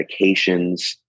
medications